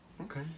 Okay